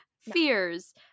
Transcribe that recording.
fears